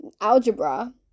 algebra